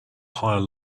higher